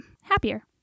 happier